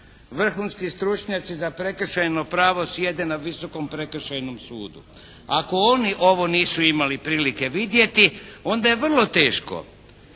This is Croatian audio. Vrhunski stručnjaci za prekršajno pravo sjede na Visokom prekršajnom sudu. Ako oni ovo nisu imali prilike vidjeti onda je vrlo teško